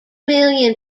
million